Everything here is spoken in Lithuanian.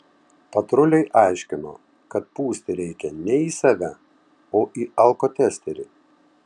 patruliai aiškino kad pūsti reikia ne į save o į alkotesterį